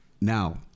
Now